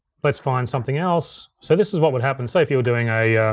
let's find something else. so this is what would happen, say if you were doing a